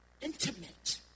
intimate